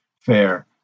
fair